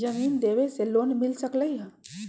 जमीन देवे से लोन मिल सकलइ ह?